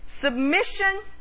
submission